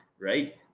right